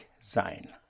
sein